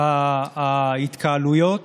ההתקהלויות